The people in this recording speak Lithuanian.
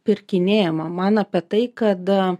pirkinėjimą man apie tai kad